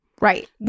Right